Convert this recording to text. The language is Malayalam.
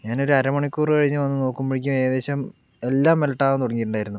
ഞാൻ ഒര് അര മണിക്കൂറ് കഴിഞ്ഞു വന്നു നോക്കുമ്പഴേക്കും ഏകദേശം എല്ലാം മെൽട്ടാവാൻ തുടങ്ങിയിട്ടുണ്ടായിരുന്നു